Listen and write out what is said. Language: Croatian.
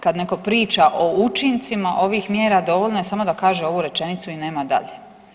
Kad neko priča o učincima ovih mjera dovoljno je samo da kaže ovu rečenicu i nema dalje.